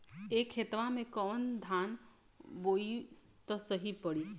ए खेतवा मे कवन धान बोइब त सही पड़ी?